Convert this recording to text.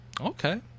Okay